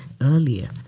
earlier